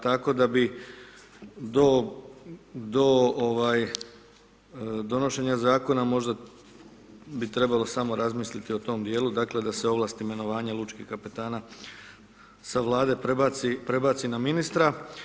Tako da bi do donošenje Zakona možda bi trebalo samo razmisliti o tom dijelu, dakle da se ovlasti imenovanja lučkih kapetana sa Vlade prebaci na ministra.